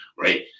right